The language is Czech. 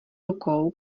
rukou